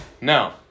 No